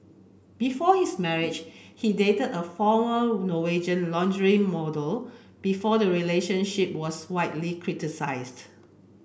before his marriage he dated a former Norwegian lingerie model before the relationship was widely criticised